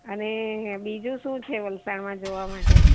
અને બીજું શું છે વલસાડમાં જોવા માટે